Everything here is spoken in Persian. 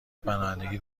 پناهندگی